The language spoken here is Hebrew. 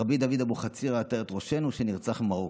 רבי דוד אבוחצירא עטרת ראשנו שנרצח במרוקו,